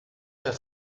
der